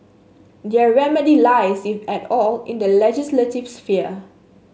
their remedy lies if at all in the legislative sphere